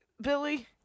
Billy